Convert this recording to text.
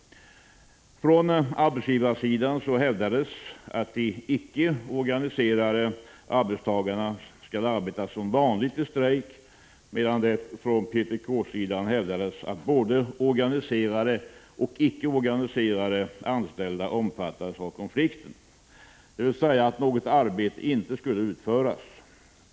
Från arbetsgivarsidan hävdades att de icke organiserade arbetstagarna skulle arbeta som vanligt i strejk, medan det från PTK-sidan hävdades att både organiserade och icke organiserade omfattades av konflikten, dvs. att något arbete inte skulle utföras.